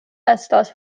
estas